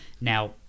now